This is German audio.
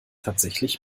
tatsächlich